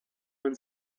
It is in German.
man